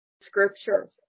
scripture